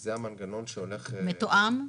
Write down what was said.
זה המנגנון שהולך --- מתואם?